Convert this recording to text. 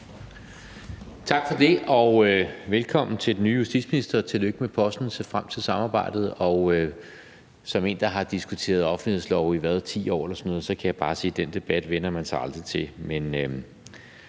Tak for det, og velkommen til den nye justitsminister. Tillykke med posten, jeg ser frem til samarbejdet. Og som en, der har diskuteret offentlighedslov i 10 år eller sådan noget, kan jeg bare sige, at den debat vænner man sig aldrig til.